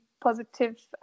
positive